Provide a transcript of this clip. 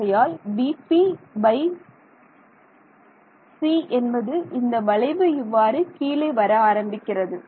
ஆகையால் vpc என்பது இந்த வளைவு இவ்வாறு கீழே வர ஆரம்பிக்கிறது